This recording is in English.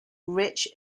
rich